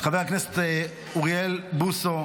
חבר הכנסת אוריאל בוסו,